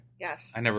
Yes